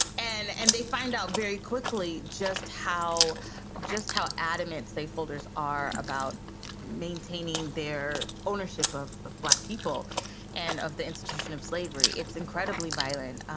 and and they find out very quickly just how just how adamant safe holders are about maintaining their ownership of of black people and of the institution of slavery. it's incredibly violent.